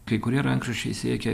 kai kurie rankraščiai siekia